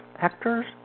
hectares